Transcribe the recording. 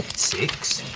six,